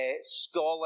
scholar